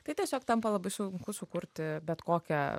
tai tiesiog tampa labai sunku sukurti bet kokią